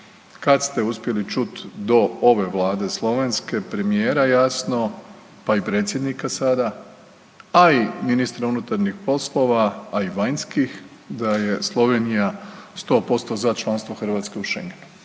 Kad ste uspjeli čut do ove vlade slovenske premijera jasno, pa i predsjednika sada, a i ministra vanjskih poslova, a i vanjskih da je Slovenija 100% za članstvo Hrvatske u Šengen.